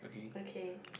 okay